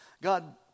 God